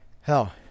hell